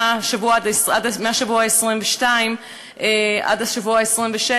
שמהשבוע ה-22 עד השבוע ה-26,